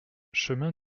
chemin